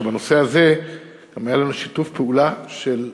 שבנושא הזה גם היה לנו שיתוף פעולה של רבים,